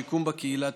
שיקום בקהילה,